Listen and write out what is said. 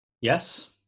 Yes